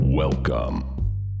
Welcome